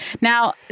Now